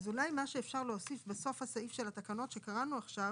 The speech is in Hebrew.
אז אולי מה שאפשר להוסיף בסוף הסעיף של התקנות שקראנו עכשיו,